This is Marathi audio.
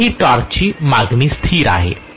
तर ही टॉर्कची मागणी स्थिर आहे